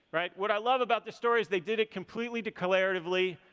right? what i love about this story is they did it completely declaratively,